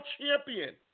champion